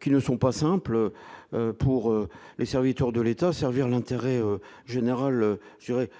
qui ne sont pas simples pour les serviteurs de l'État, servir l'intérêt général, c'est vrai,